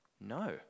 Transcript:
No